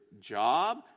job